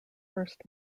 first